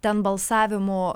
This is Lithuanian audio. ten balsavimo